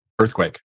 Earthquake